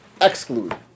exclude